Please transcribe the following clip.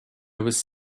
was